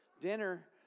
dinner